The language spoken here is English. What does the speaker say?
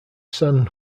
san